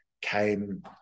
came